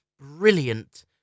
brilliant